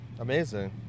Amazing